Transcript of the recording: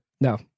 No